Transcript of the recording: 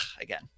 again